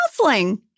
counseling